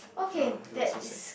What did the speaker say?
ah it was so sad